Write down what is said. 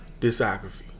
discography